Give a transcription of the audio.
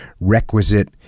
requisite